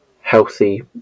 healthy